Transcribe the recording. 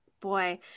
Boy